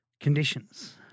conditions